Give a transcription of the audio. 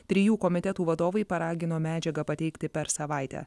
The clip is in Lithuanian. trijų komitetų vadovai paragino medžiagą pateikti per savaitę